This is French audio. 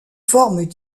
forme